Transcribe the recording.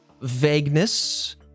vagueness